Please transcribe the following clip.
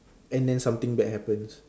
and then something bad happens